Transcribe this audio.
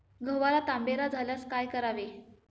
गव्हाला तांबेरा झाल्यास काय करावे?